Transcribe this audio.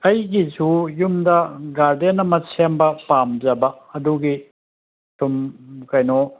ꯑꯩꯒꯤꯁꯨ ꯌꯨꯝꯗ ꯒꯥꯔꯗꯦꯟ ꯑꯃ ꯁꯦꯝꯕ ꯄꯥꯝꯖꯕ ꯑꯗꯨꯒꯤ ꯁꯨꯝ ꯀꯩꯅꯣ